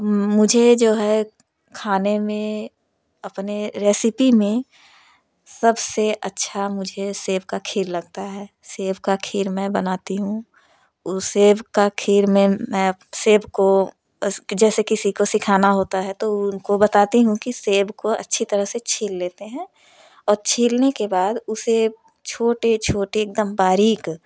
मुझे जो है खाने में अपने रेसिपी में सबसे अच्छा मुझे सेब का खीर लगता है सेब का खीर मैं बनाती हूँ ऊ सेब का खीर में मैं सेब को उस जैसे किसी को सिखाना होता है तो उनको बताती हूँ कि सेब को अच्छी तरह से छील लेते हैं और छीलने के बाद उसे छोटे छोटे एकदम बारीक